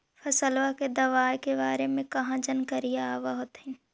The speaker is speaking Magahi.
फसलबा के दबायें के बारे मे कहा जानकारीया आब होतीन?